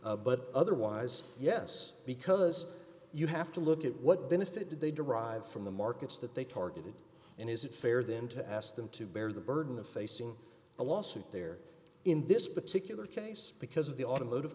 but otherwise yes because you have to look at what benefit did they derive from the markets that they targeted and is it fair then to ask them to bear the burden of facing a lawsuit there in this particular case because of the automotive